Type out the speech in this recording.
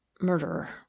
murderer